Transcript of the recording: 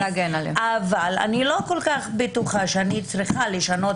אבל אני לא כל כך בטוחה שאני צריכה לשנות